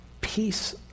peace